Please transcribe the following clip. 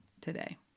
today